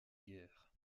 guerre